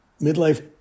midlife